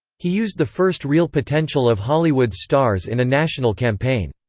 he used the first real potential of hollywood's stars in a national campaign.